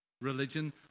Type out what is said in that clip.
religion